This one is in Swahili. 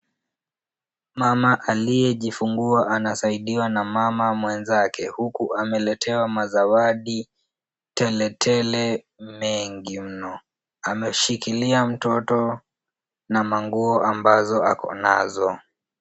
Mama aliyejifungua anasaidiwa na mama mwenzake huku ameletewa mazawadi teletele mengi mno. Ameshikilia mtoto na manguo ambazo ako nazo.